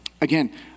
again